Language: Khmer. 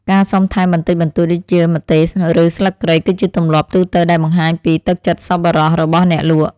ការសុំថែមបន្តិចបន្តួចដូចជាម្ទេសឬស្លឹកគ្រៃគឺជាទម្លាប់ទូទៅដែលបង្ហាញពីទឹកចិត្តសប្បុរសរបស់អ្នកលក់។